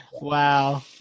Wow